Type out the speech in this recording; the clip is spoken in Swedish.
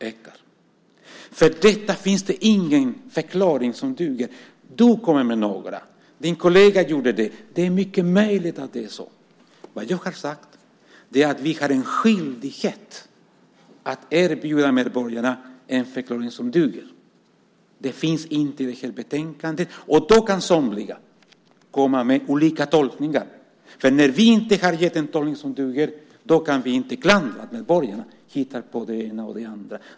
Till detta finns det ingen förklaring som duger. Du kommer med några, och din kollega gjorde det också. Det är mycket möjligt att det är så. Men jag har sagt att vi har en skyldighet att erbjuda medborgarna en förklaring som duger. Det finns inte i det här betänkandet. Då kan somliga komma med olika tolkningar. När vi inte har gett en tolkning som duger kan vi inte klandra om medborgarna hittar på det ena och det andra.